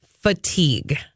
fatigue